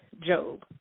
Job